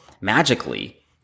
magically